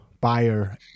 buyer